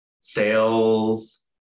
sales